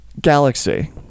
Galaxy